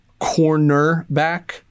cornerback